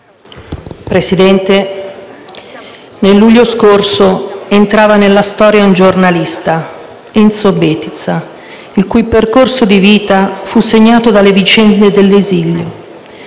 Presidente, nel luglio scorso entrava nella storia un giornalista, Enzo Bettiza, il cui percorso di vita fu segnato dalle vicende dell'esilio,